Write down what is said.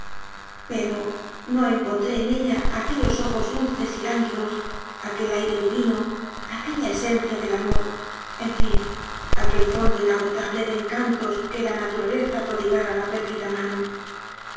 pero no encontré en ella aquellos ojos dulces y lánguidos aquel aire divino aquella esencia del amor en fin aquel fondo inagotable de en cantos que la naturaleza prodigara a la pérfida manon